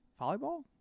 Volleyball